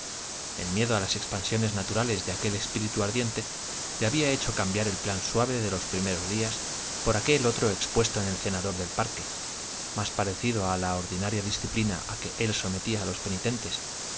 el miedo a las expansiones naturales de aquel espíritu ardiente le había hecho cambiar el plan suave de los primeros días por aquel otro expuesto en el cenador del parque más parecido a la ordinaria disciplina a que él sometía a los penitentes